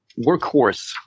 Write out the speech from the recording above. Workhorse